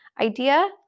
idea